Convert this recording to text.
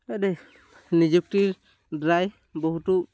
নিযুক্তিৰ দ্বাৰাই বহুতো